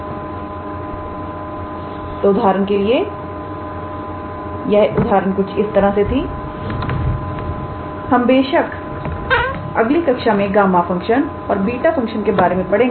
Refer Slide Time 1540 तो यह उदाहरण कुछ इस तरह से थी हम बेशक अगली कक्षा में गामा फंक्शन और बीटा फंक्शन के बारे में पड़ेंगे